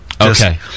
okay